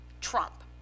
Trump